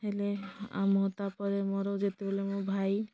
ହେଲେ ଆମ ତା'ପରେ ମୋର ଯେତେବେଳେ ମୋ ଭାଇ